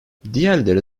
diğerleri